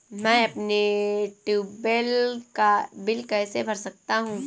मैं अपने ट्यूबवेल का बिल कैसे भर सकता हूँ?